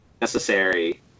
necessary